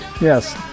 yes